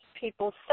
people